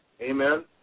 Amen